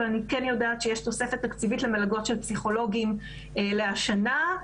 אבל אני כן יודעת שיש תוספת תקציבית למלגות של פסיכולוגים לשנה הזו.